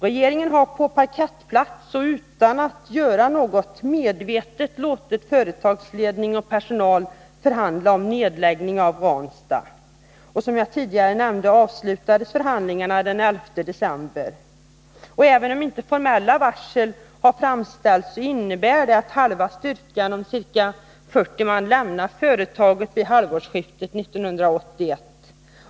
Regeringen har på parkettplats och utan att göra något medvetet låtit företagsledning och personal förhandla om nedläggning av Ranstad. Som jag tidigare nämnde avslutades förhandlingarna den 11 december. Även om inte formella varsel har utfärdats innebär förhandlingarna att halva arbetsstyrkan, ca 40 man, lämnar företaget vid halvårsskiftet 1981.